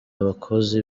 abakozi